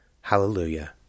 Hallelujah